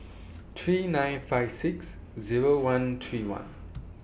three nine five six Zero one three one